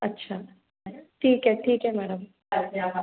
अच्छा ठीक है ठीक है मैडम